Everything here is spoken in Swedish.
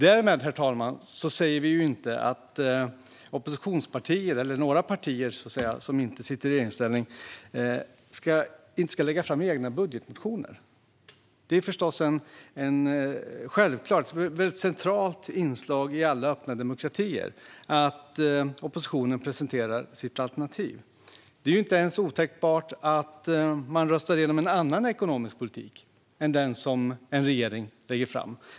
Herr talman! Därmed säger vi inte att oppositionspartier och andra partier som inte sitter i regeringsställning inte ska lägga fram egna budgetmotioner. Det är förstås ett självklart och centralt inslag i alla öppna demokratier att oppositionen presenterar sitt alternativ. Det är ju inte ens otänkbart att man röstar igenom en annan ekonomisk politik än den som en regering lägger fram.